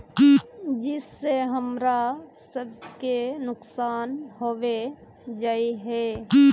जिस से हमरा सब के नुकसान होबे जाय है?